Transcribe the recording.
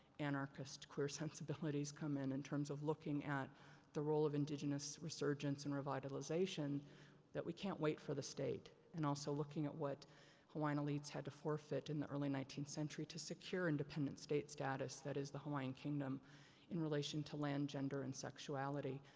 anarchist queer sensibilities come in, in terms of looking at the role of indigenous resurgence and revitalization that we can't wait for the state. and also looking at what hawaiian elites had to forfeit in the early nineteenth century to secure independent state status that is the hawaiian kingdom in relation to land, gender and sexuality,